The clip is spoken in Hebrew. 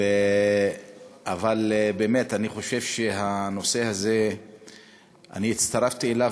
אבל באמת, אני חושב שהנושא הזה שאני הצטרפתי אליו,